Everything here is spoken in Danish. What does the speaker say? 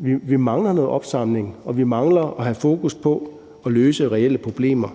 Vi mangler noget opsamling, og vi mangler at have fokus på at løse reelle problemer.